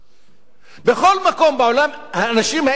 בכל מקום בעולם האנשים האלה היו אמורים